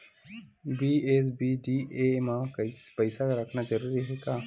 BSBDA मा पईसा रखना जरूरी हे का?